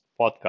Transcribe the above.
podcast